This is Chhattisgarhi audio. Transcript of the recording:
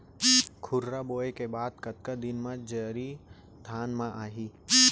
खुर्रा बोए के बाद कतका दिन म जरी धान म आही?